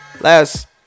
last